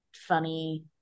funny